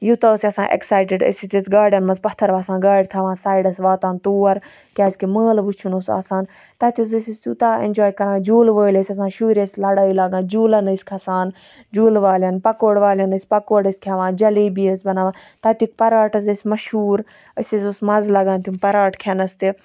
یوتاہ اوس آسان ایٚکسایٹِڑ أسۍ أسۍ ٲسۍ گاڑٮ۪ن مَنٛز پَتھر آسان گاڑِ تھاوان سَیڈَس واتان تور کیازکہِ مٲلہٕ وُچھُن اوس آسان تَتہِ حظ ٲسۍ أسۍ تیوتاہ ایٚنجاے کَران جوٗلہٕ وٲلۍ ٲسۍ آسان شُرۍ ٲسۍ لَڑٲے لاگان جوٗلَن ٲسۍ کھَسان جوٗلہٕ والٮ۪ن پَکوڈ والٮ۪ن ٲسۍ پَکوڈ ٲسۍ کھیٚوان جَلیبی ٲسۍ بَناوان تَتیُک پَراٹ حظ ٲسۍ مَشہوٗر أسۍ حظ اوس مَزٕ لَگان تِم پَراٹ کھیٚنَس تہِ